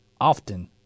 often